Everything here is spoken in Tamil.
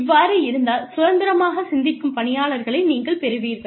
இவ்வாறு இருந்தால் சுதந்திரமாக சிந்திக்கும் பணியாளர்களை நீங்கள் பெறுவீர்கள்